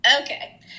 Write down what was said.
Okay